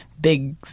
big